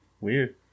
weird